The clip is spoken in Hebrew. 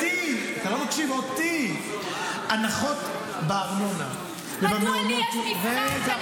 אותי הנחות בארנונה ובמעונות --- מדוע לי